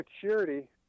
security